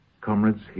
Comrades